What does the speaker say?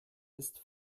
ist